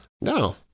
No